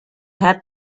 had